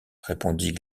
répondit